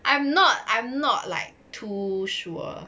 I'm not I'm not like too sure